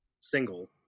single